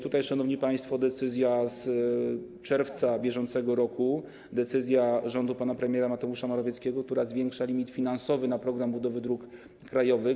Tutaj, szanowni państwo, decyzja z czerwca br., decyzja rządu pana premiera Mateusza Morawieckiego, która zwiększa limit finansowy na program budowy dróg krajowych.